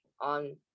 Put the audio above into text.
on